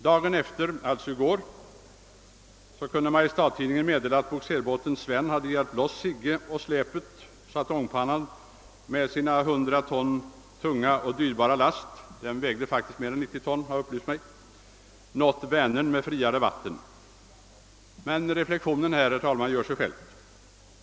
Den 10 december, alltså i går, kunde Mariestads-Tidningen meddela att bogserbåten Sven hjälpt loss Sigge och släpet, så att ångpannepråmen med sin 100 ton tunga och dyrbara last — den vägde faktiskt mer än 90 ton — nått Vänern med friare vatten. Men reflexionen ger sig själv, herr talman.